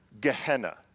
Gehenna